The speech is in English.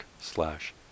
slash